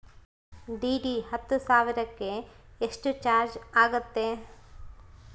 DD ಹತ್ತು ಸಾವಿರಕ್ಕೆ ಎಷ್ಟು ಚಾಜ್೯ ಆಗತ್ತೆ?